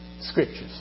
Scriptures